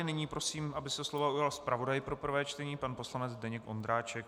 Nyní prosím, aby se slova ujal zpravodaj pro prvé čtení pan poslanec Zdeněk Ondráček.